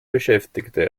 beschäftigte